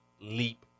leap